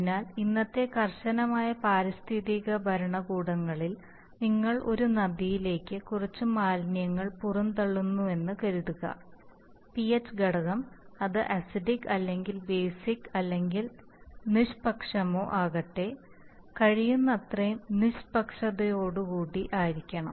അതിനാൽ ഇന്നത്തെ കർശനമായ പാരിസ്ഥിതിക ഭരണകൂടങ്ങളിൽ നിങ്ങൾ ഒരു നദിയിലേക്ക് കുറച്ച് മാലിന്യങ്ങൾ പുറന്തള്ളുന്നുവെന്ന് കരുതുക പിഎച്ച് ഘടകം അത് അസിഡിക് അല്ലെങ്കിൽ ബേസിക് അല്ലെങ്കിൽ നിഷ്പക്ഷമോ ആകട്ടെ കഴിയുന്നത്ര നിഷ്പക്ഷതയോട് അടുത്ത് ആയിരിക്കണം